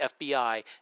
FBI